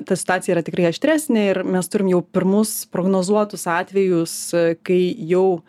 ta situacija yra tikrai aštresnė ir mes turim jau pirmus prognozuotus atvejus kai jau